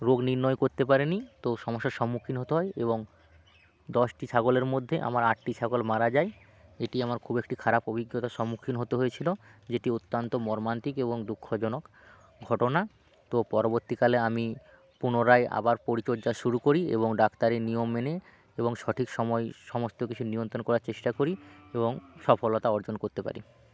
রোগ নির্ণয় করতে পারে নি তো সমস্যার সম্মুখীন হতে হয় এবং দশটি ছাগলের মধ্যে আমার আটটি ছাগল মারা যায় এটি আমার খুব একটি খারাপ অভিজ্ঞতার সম্মুখীন হতে হয়েছিলো যেটি অত্যন্ত মর্মান্তিক এবং দুঃখজনক ঘটনা তো পরবর্তীকালে আমি পুনরায় আবার পরিচর্যা শুরু করি এবং ডাক্তারের নিয়ম মেনে এবং সঠিক সময় সমস্ত কিছু নিয়ন্ত্রণ করার চেষ্টা করি এবং সফলতা অর্জন করতে পারি